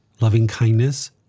loving-kindness